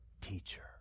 teacher